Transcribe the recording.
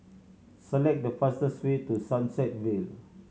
select the fastest way to Sunset Vale